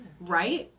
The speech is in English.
Right